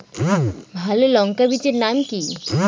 ভালো লঙ্কা বীজের নাম কি?